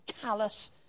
callous